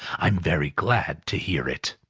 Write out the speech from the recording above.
i'm very glad to hear it.